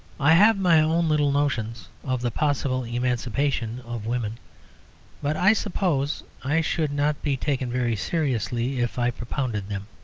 i have my own little notions of the possible emancipation of women but i suppose i should not be taken very seriously if i propounded them.